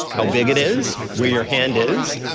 how big it is, where your hand is,